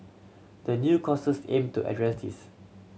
the new courses aim to address this